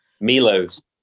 Milos